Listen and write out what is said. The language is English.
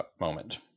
moment